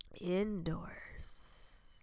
indoors